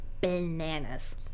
bananas